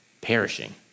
perishing